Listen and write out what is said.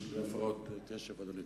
יש לי הפרעות קשב, אדוני.